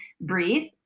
breathe